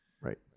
right